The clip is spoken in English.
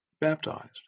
baptized